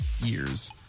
years